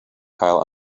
cael